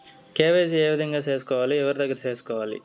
KYC ఏ విధంగా సేసుకోవాలి? ఎవరి దగ్గర సేసుకోవాలి?